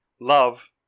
love